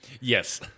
Yes